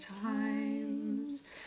times